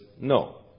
no